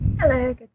Hello